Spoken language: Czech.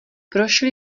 prošli